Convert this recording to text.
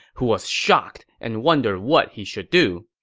who was shocked and wondered what he should do.